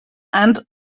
and